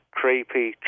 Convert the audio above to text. creepy